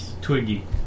Twiggy